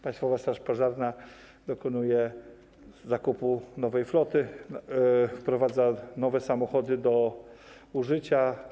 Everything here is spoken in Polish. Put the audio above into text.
Państwowa Straż Pożarna dokonuje zakupu nowej floty, wprowadza nowe samochody do użycia.